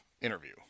interview